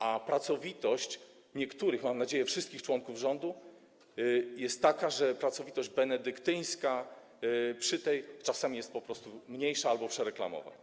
A pracowitość niektórych, mam nadzieję wszystkich członków rządu jest taka, że pracowitość benedyktyńska przy tej czasami jest po prostu mniejsza albo przereklamowana.